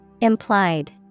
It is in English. Implied